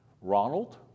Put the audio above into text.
Ronald